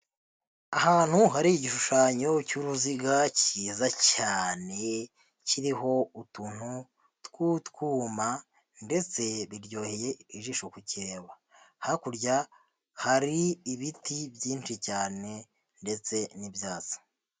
Ahantu hari igishushanyo cy'uruziga kiza cyane, kiriho utuntu tw'utwuyuma, ndetse biryoheye ijisho kukireba. Hakurya hari ibiti byinshi cyane ndetse n'ibyatsi.